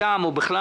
לעמוד.